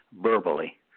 verbally